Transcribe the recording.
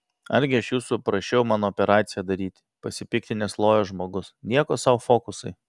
argi aš jūsų prašiau man operaciją daryti pasipiktinęs lojo žmogus nieko sau fokusai